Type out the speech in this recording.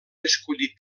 escollit